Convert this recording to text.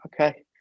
okay